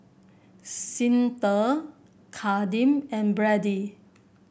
Cyntha Kadeem and Brady